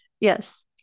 Yes